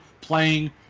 playing